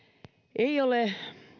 ei ole